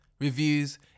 reviews